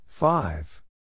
Five